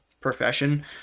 profession